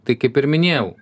tai kaip ir minėjau